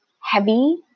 heavy